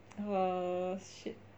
oh shit